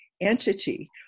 entity